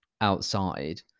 outside